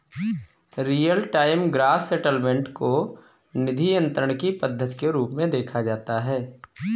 real time gross settlement को निधि अंतरण की पद्धति के रूप में देखा जाता है